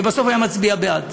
ובסוף היה מצביע בעד.